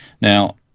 Now